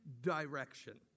direction